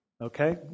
okay